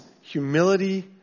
humility